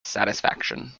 satisfaction